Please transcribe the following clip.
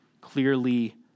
clearly